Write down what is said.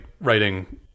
writing